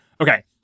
Okay